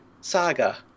Saga